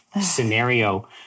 scenario